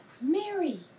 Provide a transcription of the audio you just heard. Mary